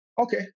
Okay